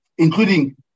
including